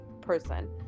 person